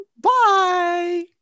Bye